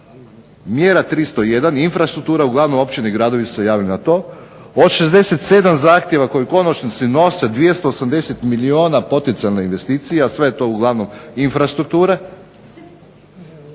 mjera 301 infrastruktura, uglavnom općine i gradovi su se javili na to, od 67 zahtjeva koji u konačni nose 280 milijuna poticajne investicije, a sve je to uglavnom infrastruktura,